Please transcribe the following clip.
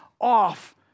off